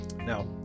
Now